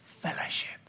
fellowship